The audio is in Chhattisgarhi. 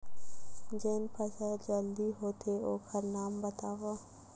जेन फसल जल्दी होथे ओखर नाम बतावव?